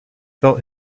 felt